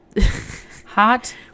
Hot